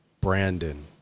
Brandon